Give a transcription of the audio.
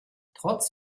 trotz